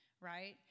right